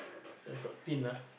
there got tin ah